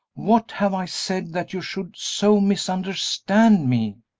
what have i said that you should so misunderstand me?